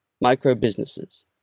Micro-Businesses